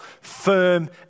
firm